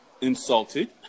insulted